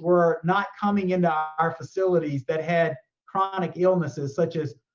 were not coming into our facilities that had chronic illnesses, such as,